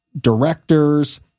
directors